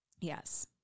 yes